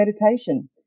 meditation